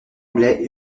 anglais